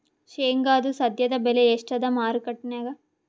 ಶೇಂಗಾದು ಸದ್ಯದಬೆಲೆ ಎಷ್ಟಾದಾ ಮಾರಕೆಟನ್ಯಾಗ?